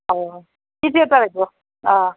অঁ কেতিয়াৰ পৰা আহিব অঁ